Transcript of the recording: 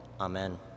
Amen